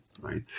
right